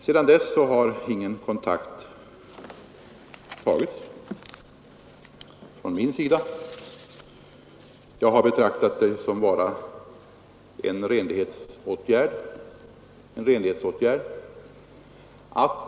Sedan dess har någon kontakt från min sida inte tagits, vilket jag betraktat som en renlighetsåtgärd.